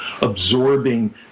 absorbing